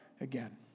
again